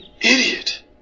Idiot